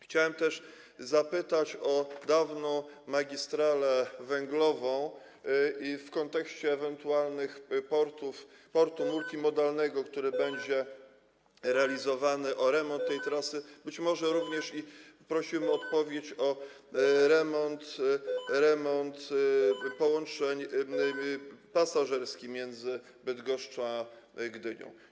Chciałem też zapytać o dawną magistralę węglową w kontekście ewentualnego portu multimodalnego, który będzie realizowany, o remont tej trasy, być może również - i prosiłbym o odpowiedź - o remont dotyczący połączeń pasażerskich między Bydgoszczą a Gdynią.